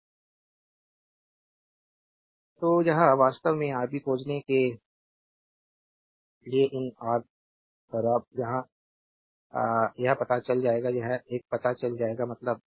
slide समय देखें 2811 तो यह वास्तव में राब खोजने के लिए इन राब यहां यह पता चल जाएगा यह एक पता चल जाएगा मतलब है